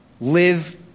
live